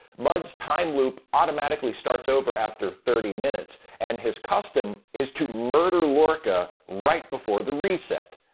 mudd's time loop automatically starts over after thirty minutes, and his custom is to murder lorca right before the reset.